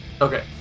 Okay